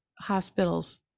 hospitals